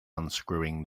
unscrewing